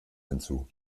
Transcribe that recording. hinzu